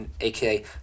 aka